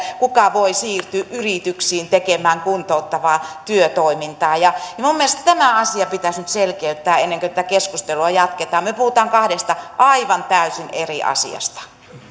kuka voi siirtyä yrityksiin tekemään kuntouttavaa työtoimintaa minun mielestäni tämä asia pitäisi nyt selkeyttää ennen kuin tätä keskustelua jatketaan me puhumme kahdesta aivan täysin eri asiasta